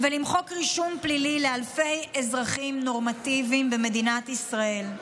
ולמחוק רישום פלילי לאלפי אזרחים נורמטיביים במדינת ישראל.